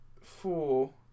Four